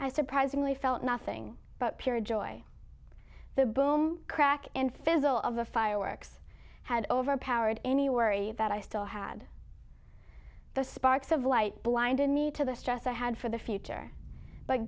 i surprisingly felt nothing but pure joy the boom crack and fizzle of the fireworks had overpowered any worry that i still had the sparks of light blinded me to the stress i had for the future but